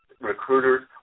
recruiters